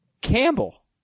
Campbell